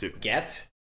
get